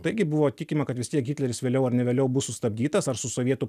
taigi buvo tikima kad vis tiek hitleris vėliau ar ne vėliau bus sustabdytas ar su sovietų